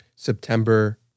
September